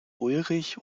ulrich